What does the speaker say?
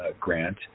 grant